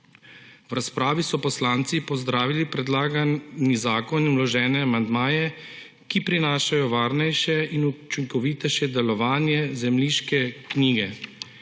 V razpravi so poslanci pozdravili predlagani zakon in vložene amandmaje, ki prinašajo varnejše in učinkovitejše delovanje zemljiške knjige.